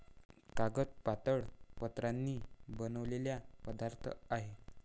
कागद पातळ पत्र्यांनी बनलेला पदार्थ आहे